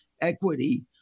equity